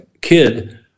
kid